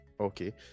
okay